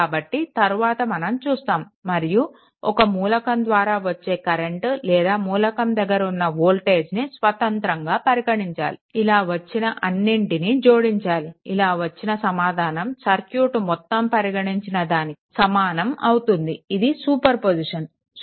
కాబట్టి తరువాత మనం చూస్తాము మరియుఒక మూలకం ద్వారా వచ్చే కరెంట్ లేదా మూలకం దగ్గర ఉన్న వోల్టేజ్ని స్వతంత్రంగా పరిగణించాలి ఇలా వచ్చిన అన్నింటిని జోడించాలి ఇలా వచ్చిన సమాధానం సర్క్యూట్ మొత్తం పరిగణించిన దానికి సమానం అవుతుంది ఇది సూపర్ పొజిషన్